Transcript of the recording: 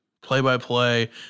play-by-play